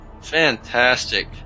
fantastic